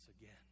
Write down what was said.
again